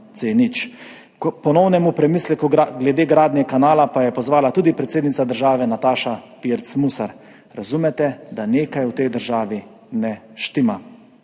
ponovnemu premisleku glede gradnje kanala pa je pozvala tudi predsednica države Nataša Pirc Musar. Razumete, da nekaj v tej državi ne štima?